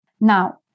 Now